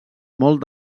molt